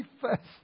first